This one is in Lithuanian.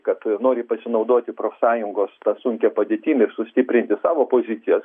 kad nori pasinaudoti profsąjungos sunkia padėtim ir sustiprinti savo pozicijas